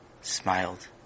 smiled